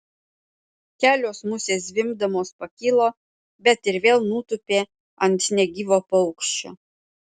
kelios musės zvimbdamos pakilo bet ir vėl nutūpė ant negyvo paukščio